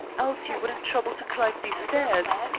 else you wouldn't trouble to climb these stairs.